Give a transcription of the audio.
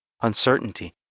uncertainty